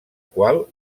qual